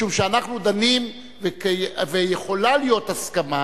משום שאנחנו דנים ויכולה להיות הסכמה,